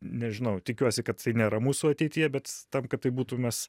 nežinau tikiuosi kad tai nėra mūsų ateityje bet tam kad tai būtų mes